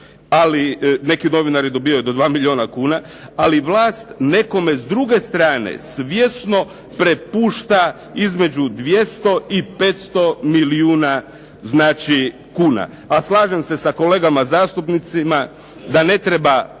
ali neki novinari dobivaju do 2 milijuna kuna, ali vlast nekome s druge strane svjesno prepušta između 200 i 500 milijuna kuna. A slažem se sa kolegama zastupnicima da ne treba